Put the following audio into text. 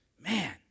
Man